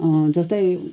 जस्तै